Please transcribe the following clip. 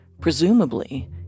Presumably